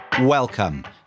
Welcome